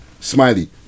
Smiley